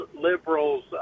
liberals